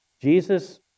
Jesus